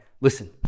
listen